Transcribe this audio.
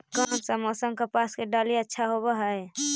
कोन सा मोसम कपास के डालीय अच्छा होबहय?